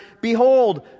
Behold